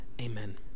Amen